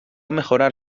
mejorar